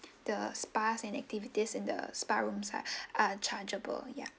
the spas and activities in the spa rooms ah are chargeable ya